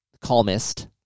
calmest